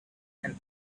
and